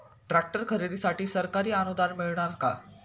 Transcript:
Tractor खरेदीसाठी सरकारी अनुदान मिळणार का?